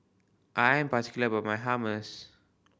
I am particular about my Hummus